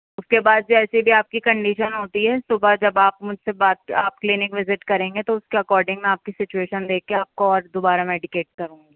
اس کے بعد جیسی بھی آپ کی کنڈیشن ہوتی ہے صبح جب آپ مجھ سے بات آپ کلینک وزٹ کریں گے تو اس کے اکارڈنگ میں آپ کی سچویسن دیکھ کے آپ کو اور دوبارہ میڈیکیٹ کروں گی